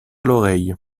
l’oreille